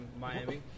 Miami